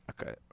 Okay